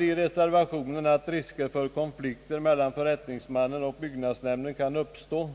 I reservationen sägs att risk för konflikter mellan förrättningsmannen och byggnadsnämnden kan uppstå.